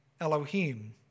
Elohim